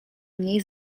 mniej